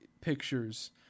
pictures